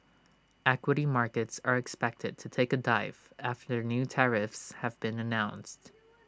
equity markets are expected to take A dive after new tariffs have been announced